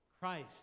Christ